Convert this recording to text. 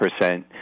percent